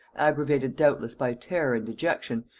aggravated doubtless by terror and dejection,